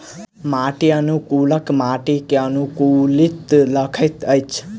माटि अनुकूलक माटि के अनुकूलित रखैत अछि